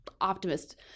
optimist